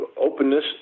openness